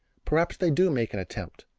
perhaps they do make an attempt,